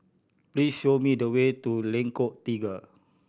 please show me the way to Lengkong Tiga